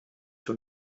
für